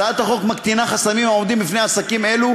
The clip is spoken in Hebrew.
הצעת החוק מקטינה חסמים העומדים בפני עסקים אלו